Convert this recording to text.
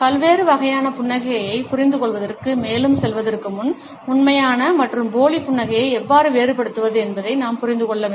பல்வேறு வகையான புன்னகைகளைப் புரிந்துகொள்வதற்கு மேலும் செல்வதற்கு முன் உண்மையான மற்றும் போலி புன்னகையை எவ்வாறு வேறுபடுத்துவது என்பதை நாம் புரிந்து கொள்ள வேண்டும்